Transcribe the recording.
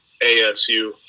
ASU